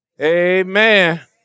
amen